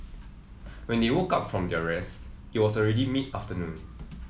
when they woke up from their rest it was already mid afternoon